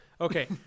Okay